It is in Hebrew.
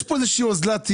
יש פה אוזלת יד.